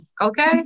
okay